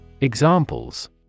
Examples